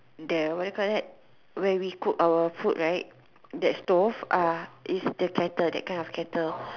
the what you call that when we cook our food right that stove uh it's the kettle that kind of kettle